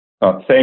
Thank